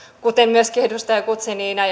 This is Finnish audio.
kuten myöskin edustaja guzenina